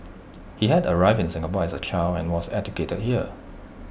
he had arrived in Singapore as A child and was educated here